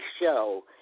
show